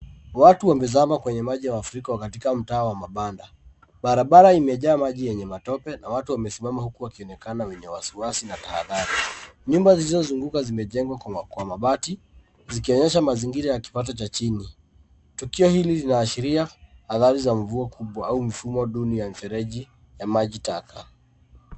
Watu wamezama kwenye maji ya mafuriko katika mtaa wa mabanda. Barabara imejaa maji yenye matope na watu wamesimama huku wakionekana wenye wasiwasi na tahadhari. Nyumba zilizozunguka zimejengwa kwa mabati zikionyesha mazingira ya kipato cha chini. Tukio hili inaashiria athari ya mvuo kubwa au mfumo duni ya mifereji ya majitaka.